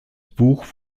buch